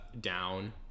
down